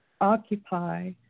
occupy